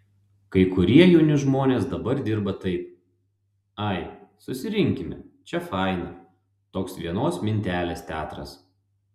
kai kurie jauni žmonės dabar dirba taip ai susirinkime čia faina toks vienos mintelės teatras